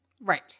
Right